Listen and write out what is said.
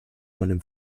meinem